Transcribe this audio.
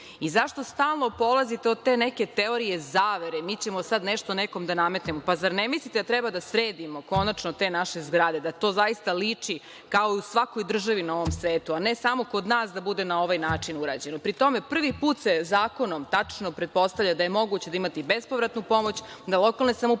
Zašto stalno polazite od te neke teorije zavere, mi ćemo sada nekome nešto da nametnemo, pa zar ne mislite da treba konačno da sredimo te naše zgrade, da to zaista liči kao i u svakoj državi na ovom svetu, a ne samo kod nas da bude na ovaj način urađeno. Pri tome, prvi put se zakonom tačno pretpostavlja da je moguće da imate i bespovratnu pomoć, da lokalne samouprave